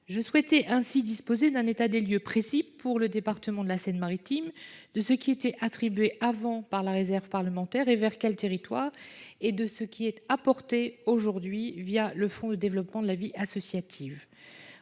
Je souhaiterais disposer d'un état des lieux précis, pour le département de la Seine-Maritime, de ce qui était attribué auparavant par la réserve parlementaire et vers quels territoires et de ce qui est apporté aujourd'hui le Fonds pour le développement de la vie associative.